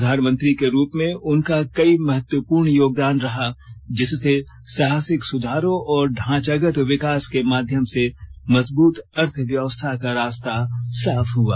प्रधानमंत्री के रूप में उनका कई महत्वपूर्ण योगदान रहा जिससे साहसिक सुधारों और ढांचागत विकास के माध्यम से मजबूत अर्थव्यवस्था का रास्ता साफ हुआ